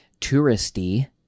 touristy